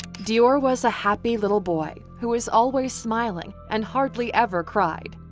deorr was a happy little boy, who was always smiling and hardly ever cried.